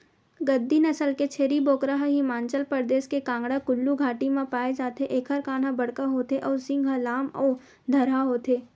गद्दी नसल के छेरी बोकरा ह हिमाचल परदेस के कांगडा कुल्लू घाटी म पाए जाथे एखर कान ह बड़का होथे अउ सींग ह लाम अउ धरहा होथे